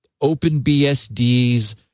OpenBSD's